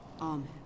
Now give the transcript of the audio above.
Amen